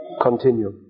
Continue